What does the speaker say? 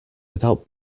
without